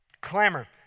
Clamor